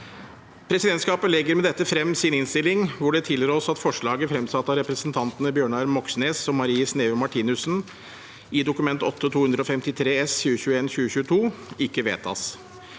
Pre- sidentskapet legger med dette frem sin innstilling hvor det tilrås at forslaget fremsatt av representantene Bjørnar Moxnes og Marie Sneve Martinussen i Dokument 8:253 S for 2021–2022 ikke vedtas.